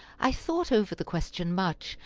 i thought over the question much,